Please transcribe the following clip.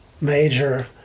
major